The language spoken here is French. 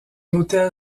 autel